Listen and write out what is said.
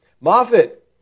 Moffat